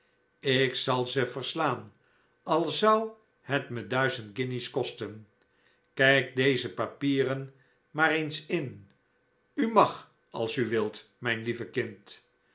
ik zal ze verslaan al zou het me duizend guinjes kosten kijk deze papieren maar eens in u mag als u wilt mijn lieve kind